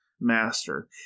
master